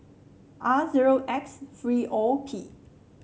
R zero X three O P